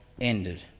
ended